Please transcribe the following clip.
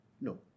no